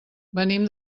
venim